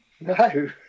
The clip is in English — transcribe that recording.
No